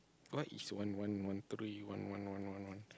what is one one one three one one one one one